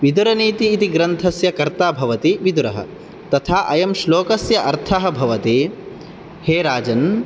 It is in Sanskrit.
विदुरनीति इति ग्रन्थस्य कर्ता भवति विदुरः तथा अयं श्लोकस्य अर्थः भवति हे राजन्